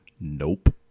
Nope